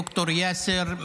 ד"ר יאסר,